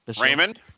Raymond